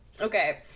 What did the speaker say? Okay